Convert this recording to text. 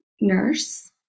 nurse